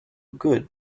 good